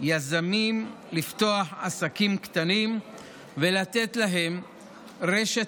יזמים לפתוח עסקים קטנים ולתת להם רשת